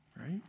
right